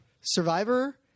Survivor